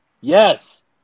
Yes